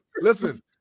Listen